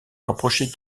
rapprocher